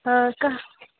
हा कः